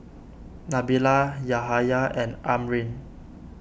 Nabila Yahaya and Amrin